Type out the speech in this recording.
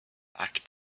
back